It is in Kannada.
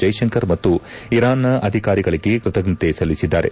ಜೈಶಂಕರ್ ಮತ್ತು ಇರಾನ್ನ ಅಧಿಕಾರಿಗಳಿಗೆ ಕೃತಜ್ಞತೆ ಸಲ್ಲಿಸಿದ್ದಾರೆ